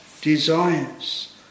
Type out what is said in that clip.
desires